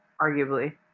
arguably